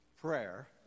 prayer